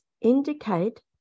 indicate